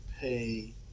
pay